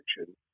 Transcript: action